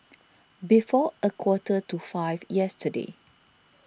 before a quarter to five yesterday